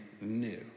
new